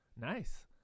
nice